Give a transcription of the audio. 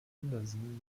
anderson